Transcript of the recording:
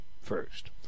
First